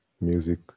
Music